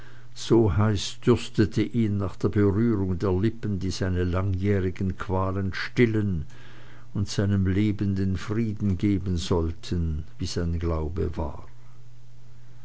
so heiß dürstete ihn nach der berührung der lippen die seine langjährigen qualen stillen und seinem leben den frieden geben sollten wie sein glaube war